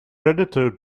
predator